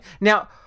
Now